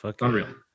Unreal